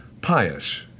pious